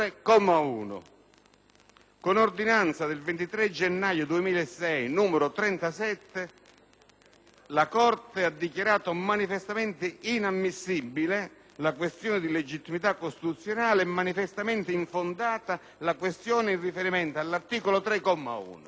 con l'ordinanza del 23 gennaio 2006, n. 37, ha dichiarato manifestamente inammissibile la questione di legittimità costituzionale e manifestamente infondata la questione in riferimento all'articolo 3, comma 1.